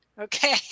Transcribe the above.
Okay